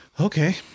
okay